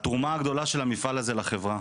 התרומה הגדולה של המפעל הזה לחברה,